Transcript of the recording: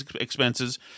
expenses